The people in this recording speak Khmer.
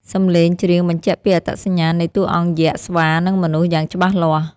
សំឡេងច្រៀងបញ្ជាក់ពីអត្តសញ្ញាណនៃតួអង្គយក្ស ស្វា និងមនុស្ស យ៉ាងច្បាស់លាស់។